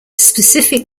specific